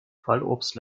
fallobst